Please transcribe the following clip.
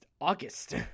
August